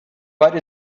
but